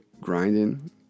grinding